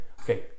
okay